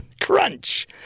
Crunch